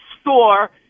store